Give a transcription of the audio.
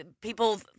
people